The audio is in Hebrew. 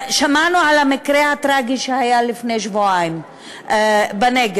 שמענו על המקרה הטרגי שהיה לפני שבועיים בנגב,